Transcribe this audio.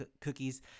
cookies